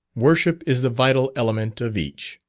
worship is the vital element of each.